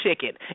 chicken